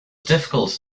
difficult